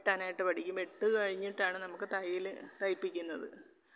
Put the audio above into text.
വെട്ടാനായിട്ട് പടിക്കും വെട്ട് കഴിഞ്ഞിട്ടാണ് നമുക്ക് തയ്യൽ തയ്പ്പിക്കുന്നത്